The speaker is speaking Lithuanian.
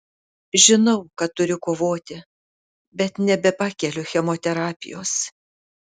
žinau kad turiu kovoti bet nebepakeliu chemoterapijos